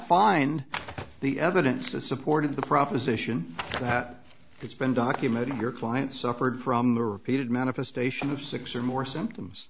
find the evidence to support of the proposition it's been documented in your client suffered from the repeated manifestation of six or more symptoms